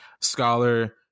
scholar